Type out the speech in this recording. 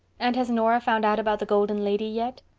and has nora found out about the golden lady yet?